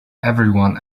everyone